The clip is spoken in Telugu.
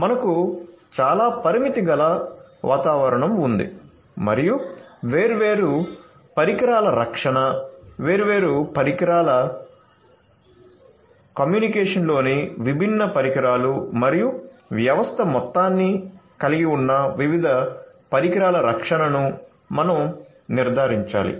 మనకు చాలా పరిమితి గల వాతావరణం ఉంది మరియు వేర్వేరు పరికరాల రక్షణ వేర్వేరు పరికరాలు కమ్యూనికేషన్లోని విభిన్న పరికరాలు మరియు వ్యవస్థ మొత్తాన్ని కలిగి ఉన్న వివిధ పరికరాల రక్షణను మనం నిర్ధారించాలి